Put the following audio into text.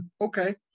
okay